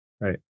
Right